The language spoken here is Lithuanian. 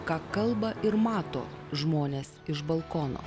ką kalba ir mato žmonės iš balkono